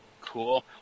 cool